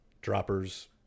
droppers